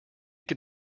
can